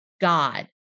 God